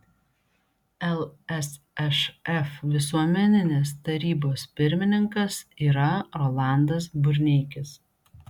lsšf visuomeninės tarybos pirmininkas yra rolandas burneikis